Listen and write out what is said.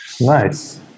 Nice